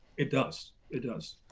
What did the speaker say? it does. it does.